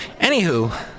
anywho